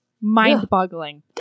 Mind-boggling